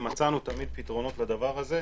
מצאנו תמיד פתרונות לדבר הזה.